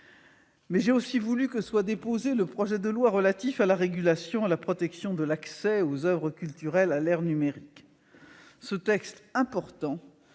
J'ai également souhaité que soit déposé le projet de loi relatif à la régulation et à la protection de l'accès aux oeuvres culturelles à l'ère numérique. Ce texte important